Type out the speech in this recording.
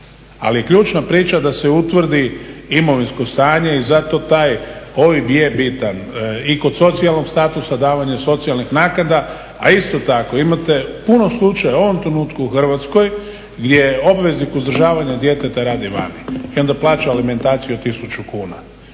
Ali je ključna priča da se utvrdi imovinsko stanje i zato taj OIB je bitan i kod socijalnog statusa, davanja socijalnih naknada, a isto tako imate puno slučajeva u ovom trenutku u Hrvatskoj gdje obveznik uzdržavanja djeteta radi vani i onda plaća alimentaciju 1000 kuna.